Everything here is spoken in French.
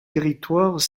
territoires